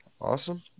Awesome